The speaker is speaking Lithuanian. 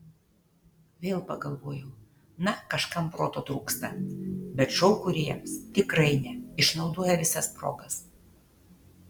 vėl pagalvojau na kažkam proto trūksta bet šou kūrėjams tikrai ne išnaudoja visas progas